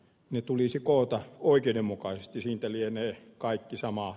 ne tulisi koota oikeudenmukaisesti siitä liene kaikki sama